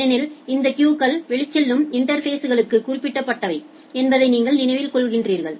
ஏனெனில் இந்த கியூகள் வெளிச்செல்லும் இன்டா்ஃபேஸ்களுக்கு குறிப்பிட்டவை என்பதை நீங்கள் நினைவில் கொள்கிறீர்கள்